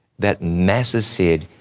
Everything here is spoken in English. that masses said,